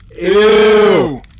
Ew